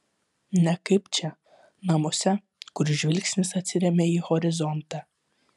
ne kaip čia namuose kur žvilgsnis atsiremia į horizontą